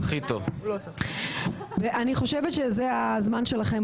אני חושבת שזה הזמן שלכם,